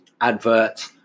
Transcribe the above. advert